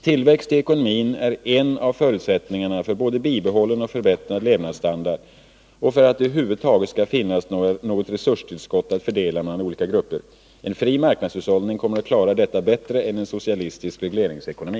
Tillväxt i ekonomin är en av förutsättningarna både för bibehållen och förbättrad levnadsstandard och för att det över huvud taget skall finnas något resurstillskott att fördela mellan olika grupper. En fri marknadshushållning kommer att klara detta bättre än en socialistisk regleringsekonomi.